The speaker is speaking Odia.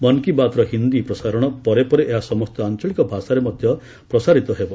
ମନ୍ କୀ ବାତ୍ର ହିନ୍ଦୀ ପ୍ରସାରଣ ପରେ ପରେ ଏହା ସମସ୍ତ ଆଞ୍ଚଳିକ ଭାଷାରେ ମଧ୍ୟ ପ୍ରସାରଣ କରାଯିବ